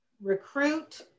recruit